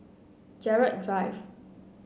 Gerald Drive